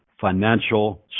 financial